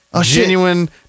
genuine